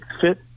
fit